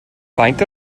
faint